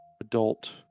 adult